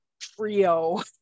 trio